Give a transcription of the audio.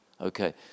Okay